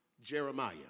Jeremiah